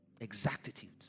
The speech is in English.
Exactitude